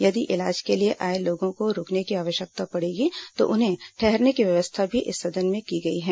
यदि इलाज के लिए आए लोगों को रूकने की आवश्यकता पड़ेगी तो उनके ठहरने की व्यवस्था भी इस सदन में की गई है